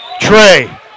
Trey